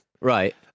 Right